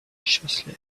anxiously